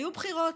היו בחירות.